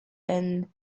and